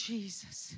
Jesus